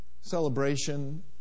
celebration